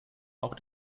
auch